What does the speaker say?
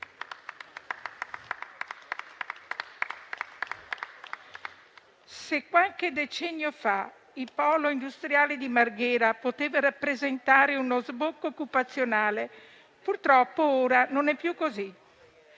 Se qualche decennio fa il polo industriale di Marghera poteva rappresentare uno sbocco occupazionale, purtroppo ora non è più così.